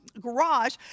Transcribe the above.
garage